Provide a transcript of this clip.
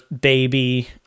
baby